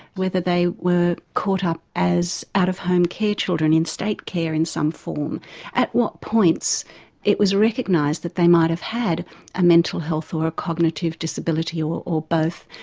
whether they were caught up as out of home care children in state care of some form at what points it was recognised that they might have had a mental health or a cognitive disability, or or both,